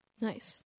Nice